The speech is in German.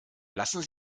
lassen